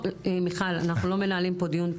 מיכל, אנחנו לא מנהלים פה דיון.